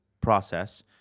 process